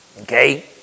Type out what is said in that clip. Okay